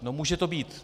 No může to být.